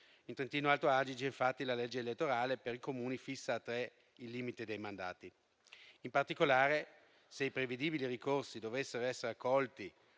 In Trentino-Alto Adige infatti la legge elettorale per i Comuni fissa a tre il limite dei mandati. In particolare, se i prevedibili ricorsi dovessero essere accolti